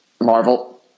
Marvel